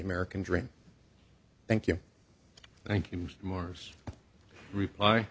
american dream thank you thank you mars reply